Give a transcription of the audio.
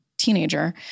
Teenager